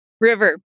River